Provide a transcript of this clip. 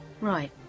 Right